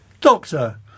Doctor